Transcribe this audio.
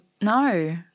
No